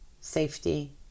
safety